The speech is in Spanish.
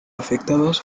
afectadas